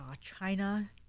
China